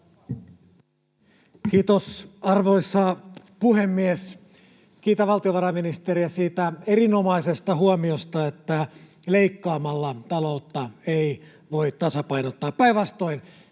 Kiitos, arvoisa puhemies! Kiitän valtiovarainministeriä siitä erinomaisesta huomiosta, että leikkaamalla taloutta ei voi tasapainottaa — päinvastoin,